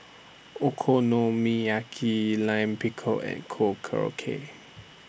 Okonomiyaki Lime Pickle and Korokke